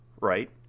right